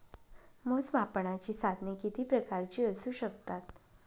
मोजमापनाची साधने किती प्रकारची असू शकतात?